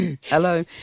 Hello